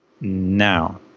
Now